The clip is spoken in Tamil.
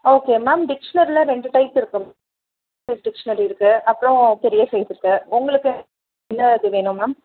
ஓகே மேம் டிக்ஷனரியில் ரெண்டு டைப் இருக்குது டிக்ஷனரி இருக்குது அப்புறம் பெரிய சைஸ் இருக்குது உங்களுக்கு என்ன இது வேணும் மேம்